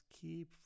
keep